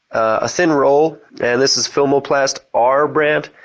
a thin roll, and this is filmoplast r brand.